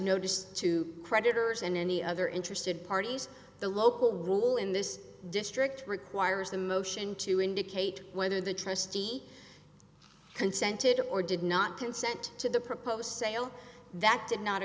notice to creditors and any other interested parties the local role in this district requires the motion to indicate whether the trustee consented or did not consent to the proposed sale that did not